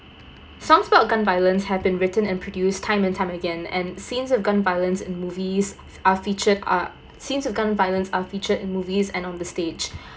some sport gun violence have been written and produced time and time again and scenes with gun violence in movies are featured are scenes with gun violence are feature in movies and on the stage